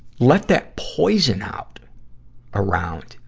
let that poison out around,